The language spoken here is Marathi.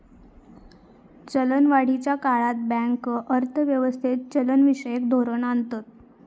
चलनवाढीच्या काळात बँक अर्थ व्यवस्थेत चलनविषयक धोरण आणतत